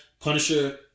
Punisher